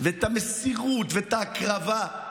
ואת המסירות ואת ההקרבה.